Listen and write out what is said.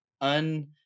un